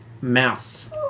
mouse